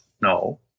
No